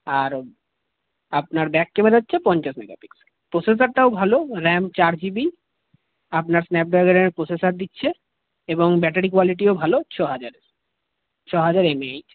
আর আপনার back camera হচ্ছে পঞ্চাশ মেগা পিক্সেল প্রসেসরটাও ভালো র্যাম চার জিবি আপনার স্ন্যাপড্র্যাগনের প্রসেসর দিচ্ছে এবং ব্যাটারি কোয়ালিটিও ভালো ছ হাজারের ছ হাজার এমএএইচ